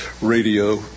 radio